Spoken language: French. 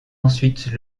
ensuite